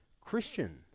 Christian